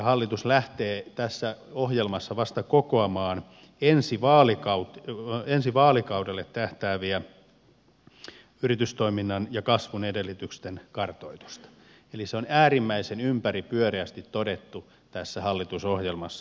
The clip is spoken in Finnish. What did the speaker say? hallitus lähtee tässä ohjelmassa vasta kokoamaan ensi vaalikaudelle tähtäävää yritystoiminnan ja kasvun edellytysten kartoitusta eli se on äärimmäisen ympäripyöreästi todettu tässä hallitusohjelmassa